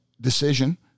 decision